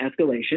escalation